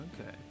Okay